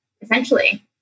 essentially